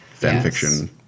fanfiction